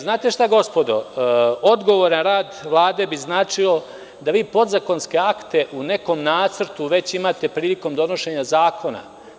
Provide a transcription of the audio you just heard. Znate šta, gospodo, odgovoran rad Vlade bi značio da vi podzakonske akte u nekom nacrtu već imate prilikom donošenja zakona.